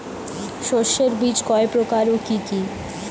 শস্যের বীজ কয় প্রকার ও কি কি?